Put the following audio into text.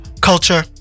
culture